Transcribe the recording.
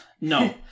no